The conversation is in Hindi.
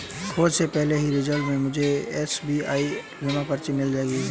खोज के पहले ही रिजल्ट में मुझे एस.बी.आई जमा पर्ची मिल गई